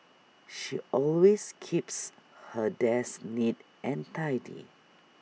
she always keeps her desk neat and tidy